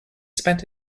spent